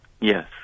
Yes